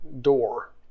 door